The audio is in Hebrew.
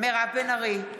מירב בן ארי,